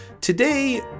Today